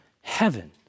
heaven